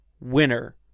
winner